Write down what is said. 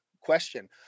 question